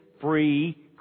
free